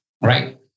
right